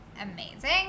amazing